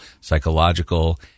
psychological